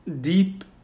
deep